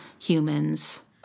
humans